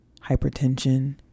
hypertension